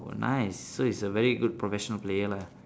oh nice so he's a very good professional player lah